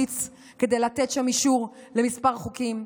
שבה מתחיל הבליץ כדי לתת שם אישור לכמה חוקים,